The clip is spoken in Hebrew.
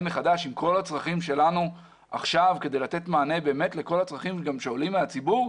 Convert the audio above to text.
מחדש את כל הצרכים שלנו עכשיו כדי לתת מענה לכל הצרכים שעולים מהציבור.